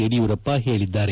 ಯದಿಯೂರಪ್ಪ ಹೇಳಿದ್ದಾರೆ